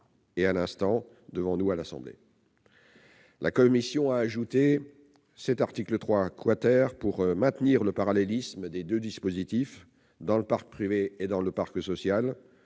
et, à l'instant même, devant notre assemblée. La commission a ajouté cet article 3 pour maintenir le parallélisme des deux dispositifs, dans le parc privé et dans le parc social,